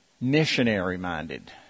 missionary-minded